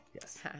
Yes